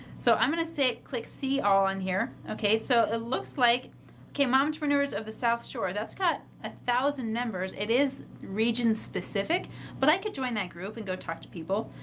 so i'm going to say click see all in here. okay, so it looks like momtrepreneurs of the south shore, that's got a thousand members, it is regions specific but i could join that group and go talk to people.